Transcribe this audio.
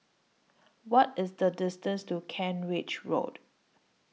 What IS The distance to Kent Ridge Road